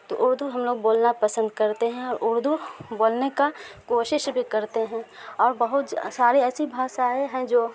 تو اردو ہم لوگ بولنا پسند کرتے ہیں اور اردو بولنے کا کوشش بھی کرتے ہیں اور بہت ج ساری ایسی بھاشائیں ہیں جو